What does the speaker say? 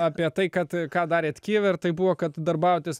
apie tai kad ką darėt kijeve ir tai buvo kad darbavotės